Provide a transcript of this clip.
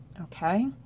okay